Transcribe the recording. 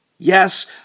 Yes